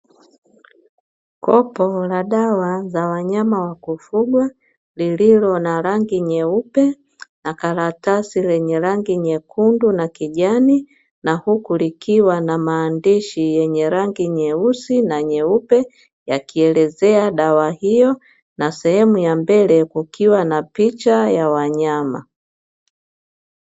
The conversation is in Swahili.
Kopo la dawa za wanyama wakufugwa lililo na rangi nyeupe na karatasi lenye rangi nyekundu na kijani na huku likiwa na maandishi yenye rangi nyeusi na nyeupe yakielezea dawa hiyo na sehemu ya mbele kukiwa na picha ya wanyama.